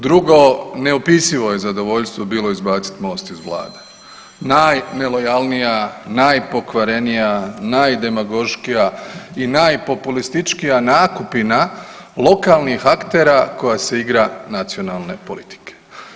Drugo, neopisivo je zadovoljstvo bilo izbacit Most iz vlade, najnelojalnija, najpokvarenija, najdemagoškija i najpopulističkija nakupina lokalnih aktera koja se igra nacionalne politike.